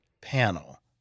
panel